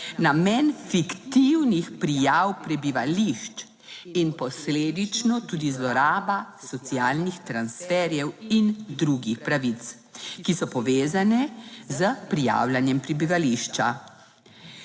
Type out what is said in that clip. namen fiktivnih prijav prebivališč in posledično tudi zloraba socialnih transferjev in drugih pravic, ki so povezane s prijavljanjem prebivališča.